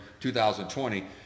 2020